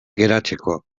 geratzeko